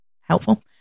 helpful